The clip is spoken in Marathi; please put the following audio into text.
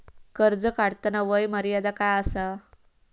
कर्ज काढताना वय मर्यादा काय आसा?